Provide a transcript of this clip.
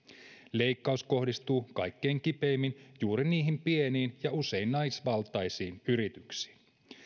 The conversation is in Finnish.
leikkaus kohdistuu kaikkein kipeimmin juuri niihin pieniin ja usein naisvaltaisiin yrityksiin